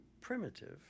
primitive